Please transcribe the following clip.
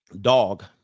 dog